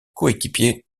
coéquipier